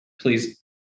please